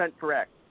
correct